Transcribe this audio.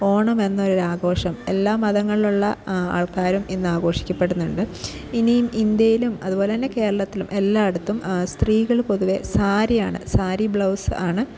ഓണം എന്നൊരു ആഘോഷം എല്ലാം മതങ്ങളിലുള്ള ആൾക്കാരും ഇന്ന് ആഘോഷിക്കപ്പെടുന്നുണ്ട് ഇനിയും ഇന്ത്യയിലും അതുപോലെതന്നെ കേരളത്തിലും എല്ലായിടത്തും സ്ത്രീകൾ പൊതുവെ സാരിയാണ് സാരി ബ്ലൗസ് ആണ്